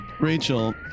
Rachel